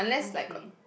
okay